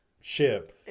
ship